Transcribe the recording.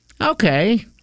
okay